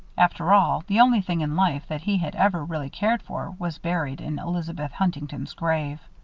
after all, the only thing in life that he had ever really cared for was buried in elizabeth huntington's grave.